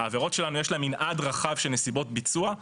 העבירות שלנו יש להם מנעד רחב של נסיבות ביצוע,